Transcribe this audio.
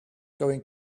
going